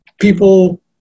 people